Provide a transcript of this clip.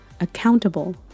accountable